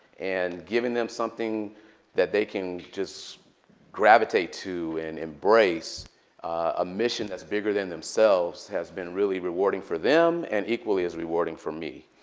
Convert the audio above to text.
and giving them something that they can just gravitate to and embrace a mission that's bigger than themselves has been really rewarding for them and equally as rewarding for me.